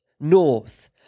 north